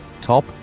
top